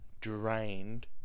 drained